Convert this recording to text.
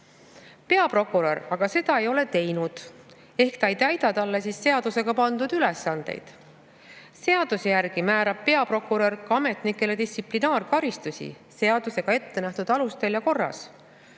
Peaprokurör aga seda ei ole teinud ehk ta ei täida talle seadusega pandud ülesandeid. Seaduse järgi määrab peaprokurör ametnikele seadusega ette nähtud alustel ja korras